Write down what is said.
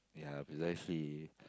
ya precisely